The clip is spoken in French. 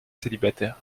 célibataires